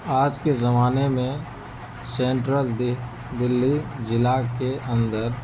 آج کے زمانے میں سینٹرل دہ دہلی ضلع کے اندر